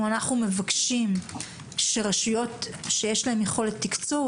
אנחנו מבקשים שרשויות שיש להן יכולת תקצוב,